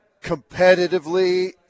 competitively –